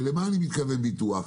ולמה אני מתכוון בביטוח?